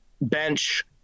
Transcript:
bench